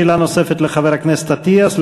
שאלה נוספת לחבר הכנסת אטיאס,